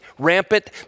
rampant